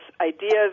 ideas